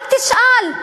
רק תשאל.